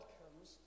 comes